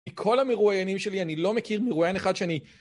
מכל המרואיינים שלי, אני לא מכיר מרואיין אחד שאני...